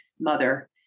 mother